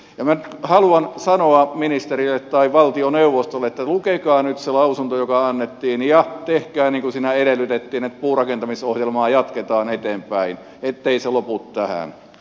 minä haluan sanoa ministerille tai valtioneuvostolle että lukekaa nyt se lausunto joka annettiin ja tehkää niin kuin siinä edellytettiin että puurakentamisohjelmaa jatketaan eteenpäin ettei se lopu tähän